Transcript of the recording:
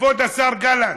כבוד השר גלנט,